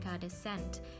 descent